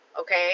okay